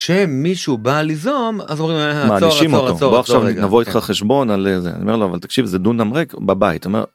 כשמישהו בא ליזום אז אומרים לו מענישים אותו עכשיו נבוא איתך חשבון על זה אבל תקשיב זה דונם ריק בבית.